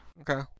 okay